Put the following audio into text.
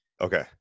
Okay